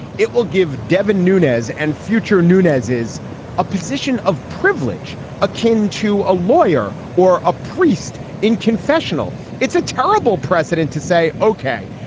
it will give devin nunez and future nunez is a position of privilege akin to a lawyer or a priest in confessional. it's a terrible precedent to say, ok,